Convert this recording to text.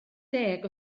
deg